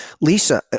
lisa